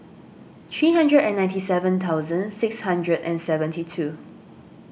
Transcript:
three hundred and ninety seven thousand six hundred and seventy two